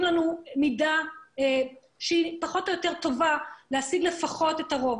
לנו מידע שמאפשר להשיג לפחות את הרוב.